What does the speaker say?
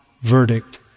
verdict